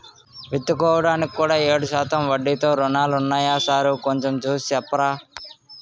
విత్తుకోడానికి కూడా ఏడు శాతం వడ్డీతో రుణాలున్నాయా సారూ కొంచె చూసి సెప్పరా